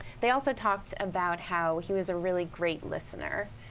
they also talked about how he was a really great listener.